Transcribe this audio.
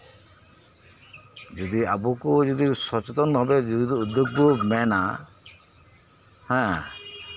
ᱟᱵᱚᱠᱚ ᱡᱩᱫᱤ ᱥᱚᱪᱮᱛᱚᱱ ᱵᱷᱟᱵᱮ ᱩᱫᱽᱫᱳᱜᱽᱠᱛᱟ ᱢᱮᱱᱟ ᱦᱮᱸᱜ